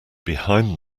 behind